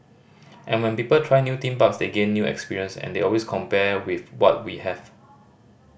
and when people try new theme parks they gain new experience and they always compare with what we have